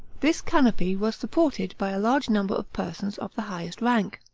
this canopy was supported by a large number of persons of the highest rank.